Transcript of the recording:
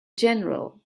general